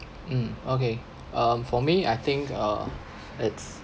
mm okay um for me I think uh it's